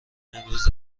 امروز